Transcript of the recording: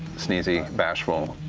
sneezey, bashful,